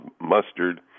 mustard